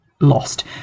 lost